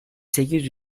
sekiz